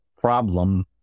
problem